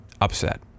upset